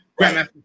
Grandmaster